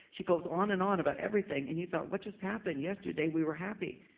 she goes on and on about everything, and you thought, what just happened? yesterday, we were happy.